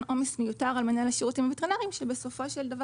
עומס מיותר על מנהל השירותים הווטרינריים שבסופו של דבר